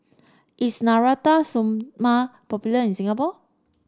is Natura Stoma popular in Singapore